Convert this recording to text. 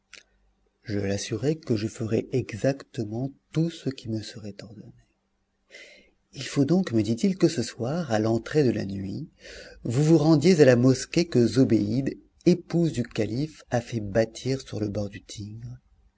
je l'assurai que je ferais exactement tout ce qui me serait ordonné il faut donc me dit-il que ce soir à l'entrée de la nuit vous vous rendiez à la mosquée que zobéide épouse du calife a fait bâtir sur le bord du tigre